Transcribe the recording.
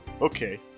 okay